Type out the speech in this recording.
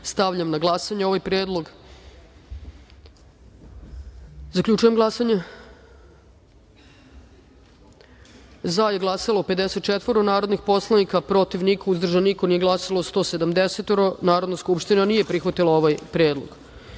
godine. Stavljam na glasanje ovaj predlog. Zaključujem glasanje: za je glasalo – 54 narodnih poslanika, protiv – niko, uzdržan – niko, nije glasalo - 170.Narodna skupština nije prihvatila ovaj predlog. Dalje,